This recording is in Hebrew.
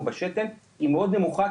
או בשתן היא מאוד נמוכה,